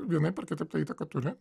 vienaip ar kitaip tą įtaką turi